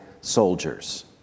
soldiers